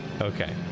Okay